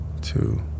Two